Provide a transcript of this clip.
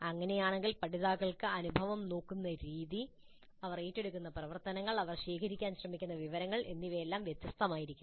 അങ്ങനെയാണെങ്കിൽ പഠിതാക്കൾ അനുഭവം നോക്കുന്ന രീതി അവർ ഏറ്റെടുക്കുന്ന പ്രവർത്തനങ്ങൾ അവർ ശേഖരിക്കാൻ ശ്രമിക്കുന്ന വിവരങ്ങൾ എന്നിവയെല്ലാം വ്യത്യസ്തമായിരിക്കും